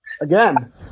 Again